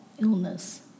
illness